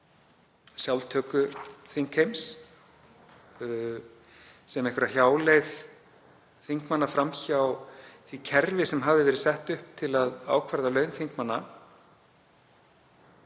sjálftöku þingheims, sem einhverja hjáleið þingmanna fram hjá því kerfi sem sett hafði verið upp til að ákvarða laun þingmanna.